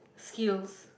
skills